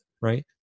right